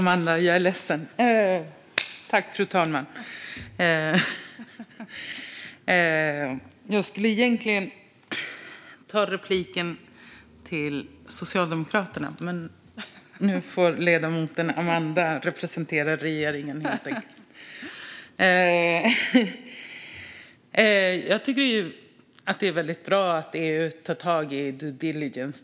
Fru talman! Jag skulle egentligen ha begärt replik i samband med Socialdemokraternas huvudanförande, men nu får ledamoten Amanda Palmstierna representera regeringen. Det är bra att EU tar tag i frågan om due diligence.